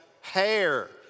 hair